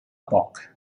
poc